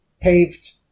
Paved